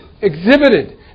exhibited